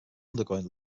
undergoing